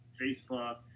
Facebook